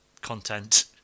content